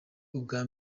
ubwa